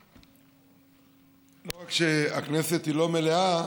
לא רק שהכנסת לא מלאה,